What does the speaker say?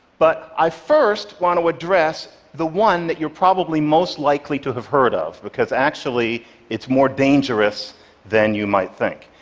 but i first want to address the one that you're probably most likely to have heard of, because actually it's more dangerous than you might think.